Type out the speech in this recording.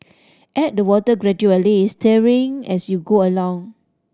add the water gradually stirring as you go along